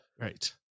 Right